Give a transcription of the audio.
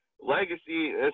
Legacy